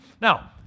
now